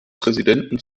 präsidenten